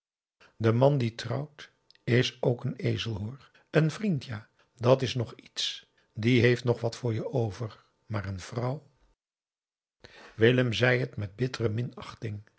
de man die trouwt is ook een ezel hoor een vriend ja dàt is nog iets die heeft nog wat voor je over maar n vrouw willem zei het met bittere